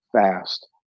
fast